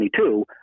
2022